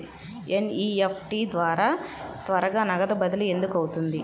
NEFT ద్వారా త్వరగా నగదు బదిలీ ఎందుకు అవుతుంది?